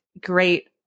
great